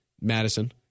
Madison